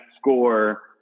score